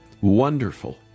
wonderful